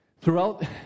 throughout